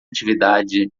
atividade